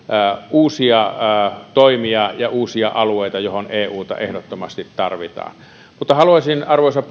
uusia toimia ja uusia alueita mihin euta ehdottomasti tarvitaan mutta haluaisin arvoisa